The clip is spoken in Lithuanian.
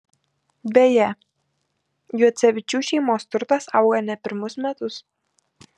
beje juocevičių šeimos turtas auga ne pirmus metus